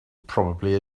probably